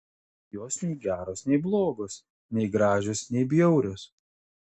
jos nei geros nei blogos nei gražios nei bjaurios